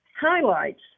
highlights